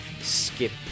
skip